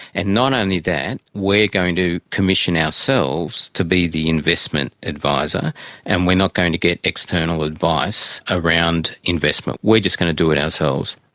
and not only that, we're going to commission ourselves to be the investment advisor and we're not going to get external advice around investment. we're just going to do it ourselves.